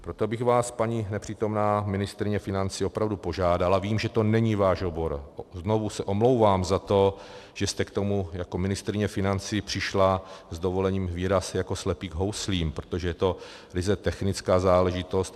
Proto bych vás, paní nepřítomná ministryně financí, opravdu požádal a vím, že to není váš obor, znovu se omlouvám za to, že jste k tomu jako ministryně financí přišla, s dovolením výraz, jako slepý k houslím, protože je to ryze technická záležitost.